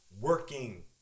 working